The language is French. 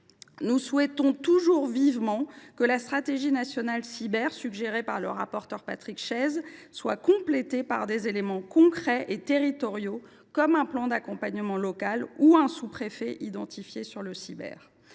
nous souhaitons vivement que la stratégie nationale cyber suggérée par le rapporteur Patrick Chaize soit complétée par des éléments concrets et territoriaux, comme un plan d’accompagnement local ou un sous préfet chargé de ces